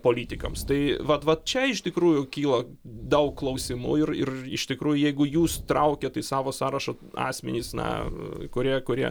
politikams tai vat vat čia iš tikrųjų kyla daug klausimų ir ir iš tikrųjų jeigu jūs traukiat į savo sąrašą asmenis na kurie kurie